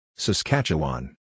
Saskatchewan